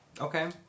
okay